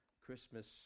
Christmas